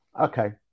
Okay